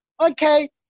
okay